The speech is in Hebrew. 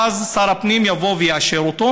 ואז שר הפנים יבוא ויאשר אותו.